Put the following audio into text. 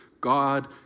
God